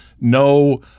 No